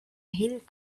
hind